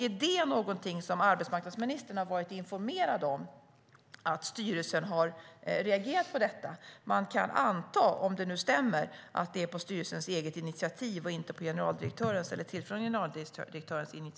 Har arbetsmarknadsministern varit informerad om att styrelsen har reagerat på detta? Man kan anta, om det nu stämmer, att det var på styrelsens eget initiativ och inte på den tillförordnade generaldirektörens.